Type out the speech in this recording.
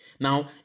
Now